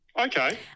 Okay